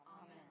Amen